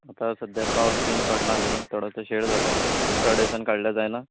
आतां सद्या पावस बी पडला नी थोडो सो शेळ जाला आनी थोड्या दिसांनी काडल्यार जायना